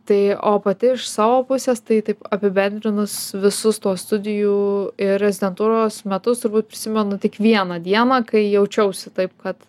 tai o pati iš savo pusės tai taip apibendrinus visus tuos studijų ir rezidentūros metus prisimenu tik vieną dieną kai jaučiausi taip kad